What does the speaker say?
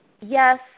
yes